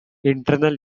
internal